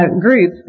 group